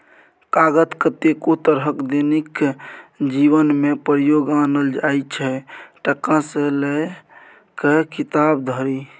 कागत कतेको तरहक दैनिक जीबनमे प्रयोग आनल जाइ छै टका सँ लए कए किताब धरि